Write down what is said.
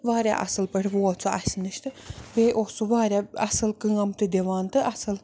واریاہ اَصٕل پٲٹھۍ ووت سُہ اَسہِ نِش تہٕ بیٚیہِ اوس سُہ واریاہ اَصٕل کٲم تہِ دِوان تہٕ اَصٕل